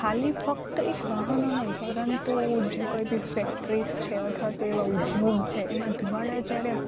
ખાલી ફક્ત એક વાહનો નહીં પરંતુ જે કંઈ બી ફેક્ટરીસ છે અથવા તો એવાં ઉદ્યોગ છે એના ધુમાડા જ્યારે